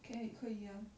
ca~ 可以啊